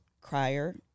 crier